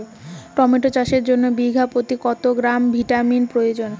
Tomato চাষের জন্য বিঘা প্রতি কত গ্রাম ভিটামিন প্রয়োজন?